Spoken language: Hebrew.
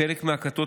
חלק מהכתות,